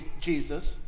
Jesus